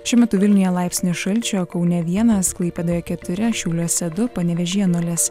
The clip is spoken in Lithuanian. šiuo metu vilniuje laipsnis šalčio kaune vienas klaipėdoje keturi šiauliuose du panevėžyje nulis